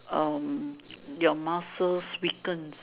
um your muscles weaken